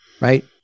right